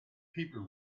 people